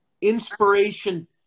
Inspiration